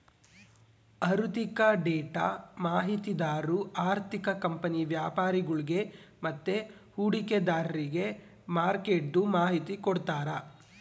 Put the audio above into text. ಆಋಥಿಕ ಡೇಟಾ ಮಾಹಿತಿದಾರು ಆರ್ಥಿಕ ಕಂಪನಿ ವ್ಯಾಪರಿಗುಳ್ಗೆ ಮತ್ತೆ ಹೂಡಿಕೆದಾರ್ರಿಗೆ ಮಾರ್ಕೆಟ್ದು ಮಾಹಿತಿ ಕೊಡ್ತಾರ